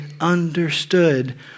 understood